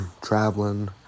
traveling